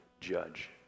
judge